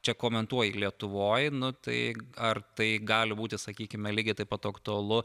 čia komentuoji lietuvoj nu tai ar tai gali būti sakykime lygiai taip pat aktualu